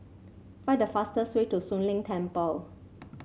find the fastest way to Soon Leng Temple